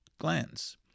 glands